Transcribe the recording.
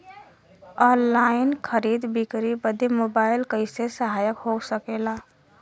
Online खरीद बिक्री बदे मोबाइल कइसे सहायक हो सकेला?